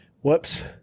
Whoops